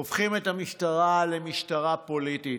הופכים את המשטרה למשטרה פוליטית.